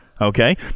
Okay